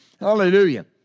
Hallelujah